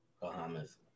Bahamas